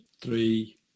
three